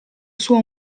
suo